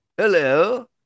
Hello